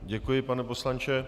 Děkuji, pane poslanče.